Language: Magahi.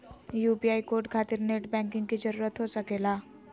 यू.पी.आई कोड खातिर नेट बैंकिंग की जरूरत हो सके ला?